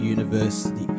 University